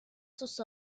sus